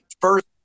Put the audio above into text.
first